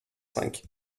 cinq